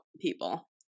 people